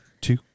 two